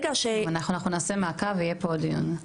אנחנו נעשה מעקב, יהיה פה עוד דיון.